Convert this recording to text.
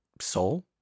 Soul